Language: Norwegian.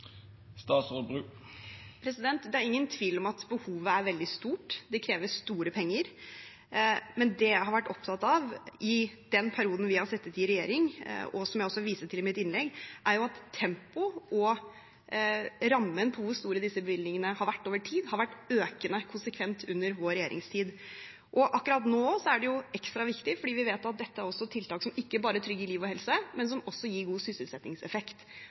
Det er ingen tvil om at behovet er veldig stort. Det kreves store penger. Men det jeg har vært opptatt av i den perioden vi har sittet i regjering, som jeg også viste til i mitt innlegg, er at tempoet og rammen for hvor store disse bevilgningene har vært over tid, har vært konsekvent økende under vår regjeringstid. Akkurat nå er det ekstra viktig, for vi vet at dette er tiltak som ikke bare trygger liv og helse, men som også gir god sysselsettingseffekt.